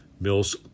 mills